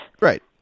Right